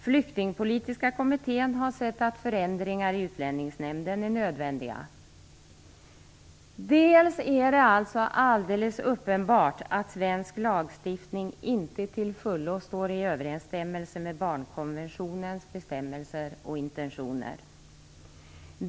Flyktingpolitiska kommittén har sett att förändringar i utlänningslagen är nödvändiga. Det är alltså alldeles uppenbart att svensk lagstiftning inte till fullo står i överensstämmelse med barnkonventionens bestämmelser och intentioner.